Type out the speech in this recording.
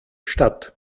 statt